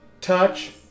touch